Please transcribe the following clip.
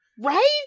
right